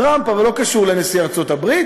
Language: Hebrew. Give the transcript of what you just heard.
טראמפ, אבל לא קשור לנשיא ארצות-הברית.